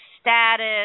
status